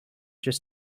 just